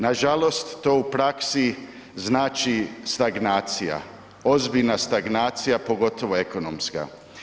Nažalost, to u praksi znači stagnacija, ozbiljna stagnacija pogotovo ekonomska.